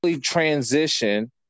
transition